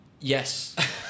yes